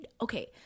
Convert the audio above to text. okay